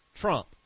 trump